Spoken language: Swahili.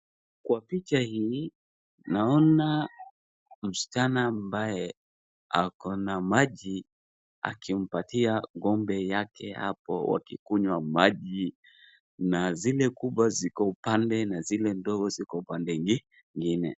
Kwa picha hii naona msichana ambaye ako na maji akimpatia ng'ombe yake hapo wakikunywa maji na zile kubwa ziko upande na zile ndogo ziko upande nyingine.